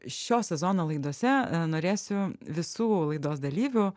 šio sezono laidose norėsiu visų laidos dalyvių